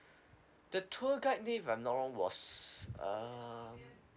the tour guide name if I'm not wrong was uh